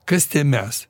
kas tie mes